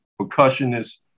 percussionist